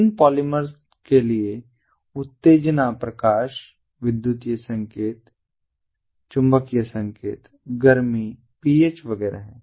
इन polymer के लिए उत्तेजना प्रकाश विद्युत संकेत चुंबकीय संकेत गर्मी PH वगैरह हैं